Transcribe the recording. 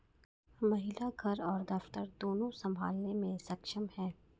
महिला घर और दफ्तर दोनो संभालने में सक्षम हैं